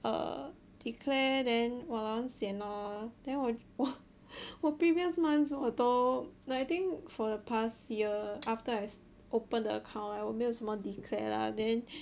err declare then !walao! 很 sian lor then 我我我 previous months 我都 I think for the past year after I open the account like 我没有什么 declare lah then